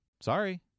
sorry